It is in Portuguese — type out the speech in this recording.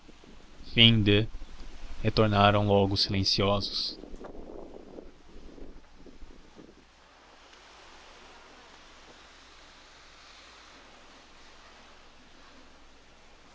tornaram logo silenciosos